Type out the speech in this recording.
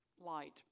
light